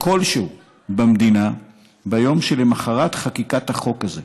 כלשהו במדינה ביום שלמוחרת חקיקת החוק הזה.